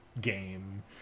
game